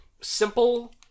simple